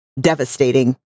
devastating